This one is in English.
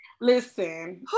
listen